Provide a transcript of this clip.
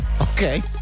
Okay